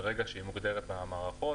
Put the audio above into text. מרגע שהיא מוגדרת במערכות,